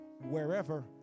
wherever